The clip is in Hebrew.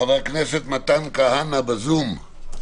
חבר הכנסת מתן כהנא ב-זום.